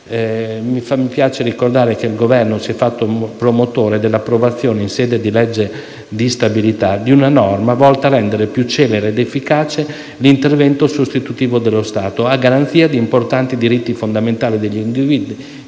Mi piace ricordare che il Governo si è fatto promotore dell'approvazione, in sede di legge di stabilità, di una norma volta a rendere più celere ed efficace l'intervento sostitutivo dello Stato, a garanzia di importanti diritti fondamentali degli individui